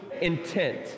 intent